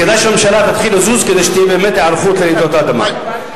כדאי שהממשלה תתחיל לזוז כדי שתהיה באמת היערכות לרעידות האדמה.